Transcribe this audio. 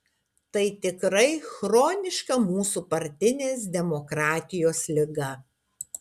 tai tikrai chroniška mūsų partinės demokratijos liga